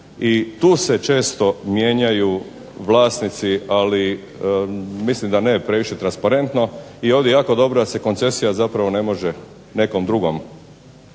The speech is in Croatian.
tu se često mijenjaju vlasnici, ali mislim da ne previše transparentno i ovdje je jako dobro da se koncesija zapravo ne može nekom drugom